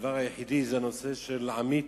הדבר היחידי זה הנושא של עמית,